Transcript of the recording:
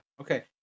okay